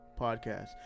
Podcast